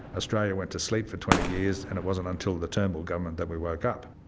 australia went to sleep for twenty years, and it wasn't until the turnbull government that we woke up.